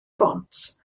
bont